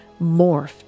morphed